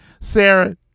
Sarah